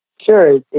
Sure